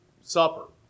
supper